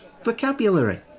vocabulary